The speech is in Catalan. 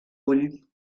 ull